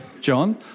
John